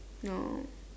no